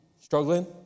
struggling